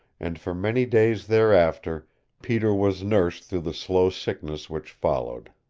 and for many days thereafter peter was nursed through the slow sickness which followed.